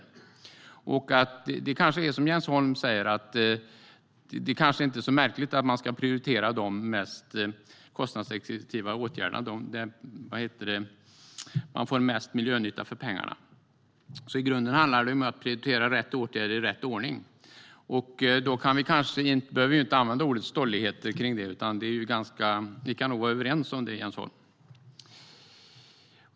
Som Jens Holm säger är det kanske inte så märkligt att man ska prioritera de mest kostnadseffektiva åtgärderna där man får mest miljönytta för pengarna. I grunden handlar det om att prioritera rätt åtgärder i rätt ordning. Då behöver vi inte använda ordet "stolligheter", utan vi kan nog vara överens om det, Jens Holm.